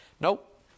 Nope